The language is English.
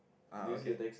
ah okay